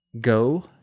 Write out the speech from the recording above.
go